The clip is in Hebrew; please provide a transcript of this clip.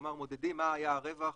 כלומר מודדים מה היה הרווח,